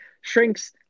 Shrinks